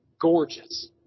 Gorgeous